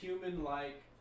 human-like